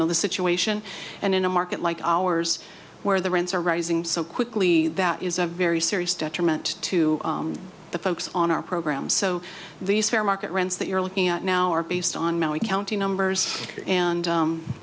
know the situation and in a market like ours where the rents are rising so quickly that is a very serious detriment to the folks on our program so these fair market rents that you're looking at now are based on maui county numbers and